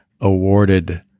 awarded